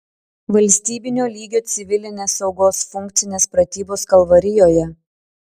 valstybinio lygio civilinės saugos funkcinės pratybos kalvarijoje